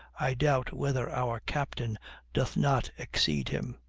i doubt whether our captain doth not exceed him.